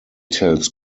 tells